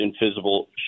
invisible